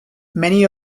many